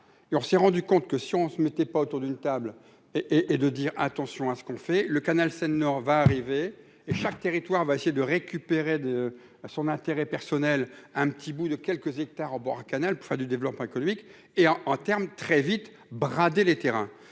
on s'est rendu compte que si on se mettait pas autour d'une table et et de dire attention à ce qu'on fait le canal Seine Nord va arriver chaque territoire va essayer de récupérer de son intérêt personnel. Un petit bout de quelques hectares avoir Canal pour faire du développement économique et en en termes très vite brader les terrains